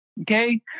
Okay